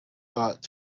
thought